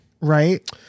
right